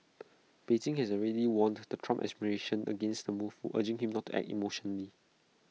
Beijing has already warned the Trump administration against the move urging him not act emotionally